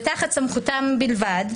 ותחת סמכותם בלבד,